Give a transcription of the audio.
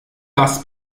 das